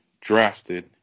drafted